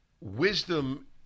Wisdom